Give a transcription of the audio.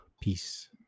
Peace